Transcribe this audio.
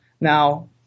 Now